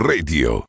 Radio